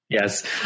Yes